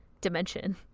dimension